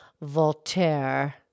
Voltaire